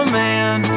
man